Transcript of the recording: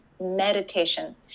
meditation